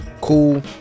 cool